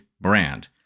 brand